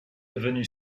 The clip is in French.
devenu